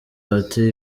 bati